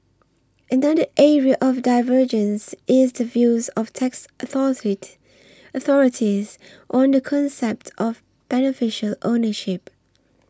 another area of divergence is the views of tax authorities authorities on the concept of beneficial ownership